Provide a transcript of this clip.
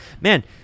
man